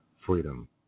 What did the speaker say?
Freedom